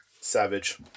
Savage